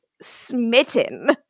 smitten